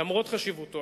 למרות חשיבותו,